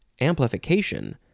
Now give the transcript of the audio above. Amplification